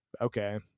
okay